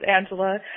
Angela